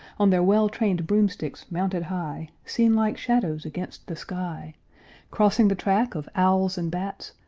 on their well-trained broomsticks mounted high, seen like shadows against the sky crossing the track of owls and bats,